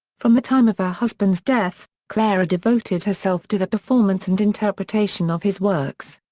from the time of her husband's death, clara devoted herself to the performance and interpretation of his works.